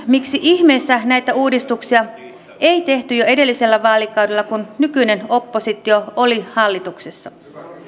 miksi ihmeessä näitä uudistuksia ei tehty jo edellisellä vaalikaudella kun nykyinen oppositio oli hallituksessa